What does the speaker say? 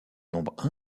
nombre